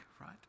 right